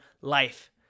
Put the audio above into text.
life